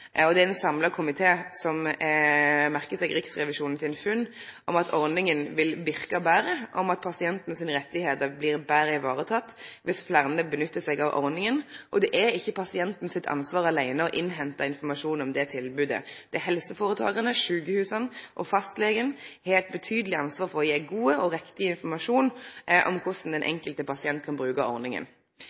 Ein samla komité merkar seg Riksrevisjonens funn om at ordninga vil verke betre, og at pasientane sine rettar blir betre tekne vare på, dersom fleire nyttar ordninga. Det er ikkje pasientane sitt ansvar aleine å hente informasjon om tilbodet. Helseføretaka, sjukehusa og fastlegane har eit betydeleg ansvar for å gje god og riktig informasjon om korleis den enkelte pasienten kan